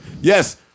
Yes